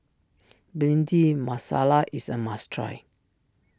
Bhindi Masala is a must try